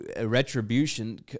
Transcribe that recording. retribution